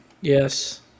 Yes